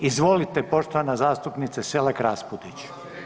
Izvolite poštovana zastupnice Selak Raspudić.